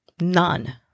None